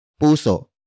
puso